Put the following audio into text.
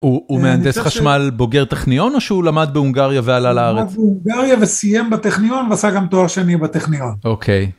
הוא מהנדס חשמל, בוגר טכניון, או שהוא למד בהונגריה ועלה לארץ? הוא למד בהונגריה וסיים בטכניון ועשה גם תואר שני בטכניון. אוקיי.